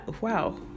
wow